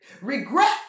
Regret